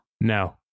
No